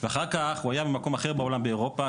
ואחר כך הוא היה במקום אחר בעולם באירופה,